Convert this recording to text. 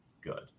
good